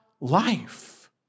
life